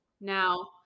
Now